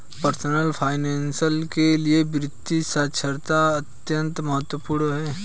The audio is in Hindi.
पर्सनल फाइनैन्स के लिए वित्तीय साक्षरता अत्यंत महत्वपूर्ण है